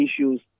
issues